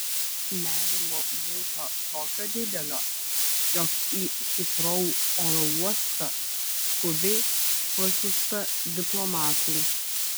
nerimo būta tokio didelio jog į hitrou oro uostą skubiai pasiųsta diplomatų